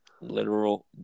Literal